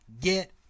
get